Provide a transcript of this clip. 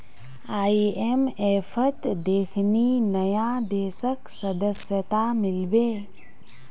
आईएमएफत देखनी नया देशक सदस्यता मिल बे